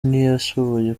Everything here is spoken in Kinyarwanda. ntiyashoboye